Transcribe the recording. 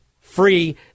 free